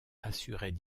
assuraient